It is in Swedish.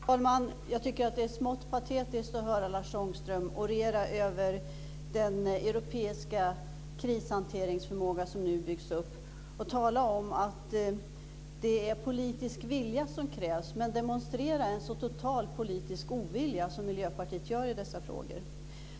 Fru talman! Jag tycker att det är smått patetiskt att höra Lars Ångström orera över den europeiska krishanteringsförmåga som nu byggs upp och tala om att det är politisk vilja som krävs, men att demonstrera en så total politisk ovilja som Miljöpartiet gör i dessa frågor.